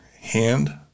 hand